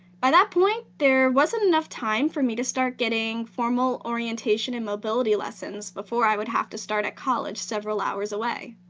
by that point, there wasn't enough time for me to start getting formal orientation and mobility lessons before i would have to start at college several hours away.